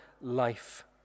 life